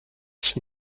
ich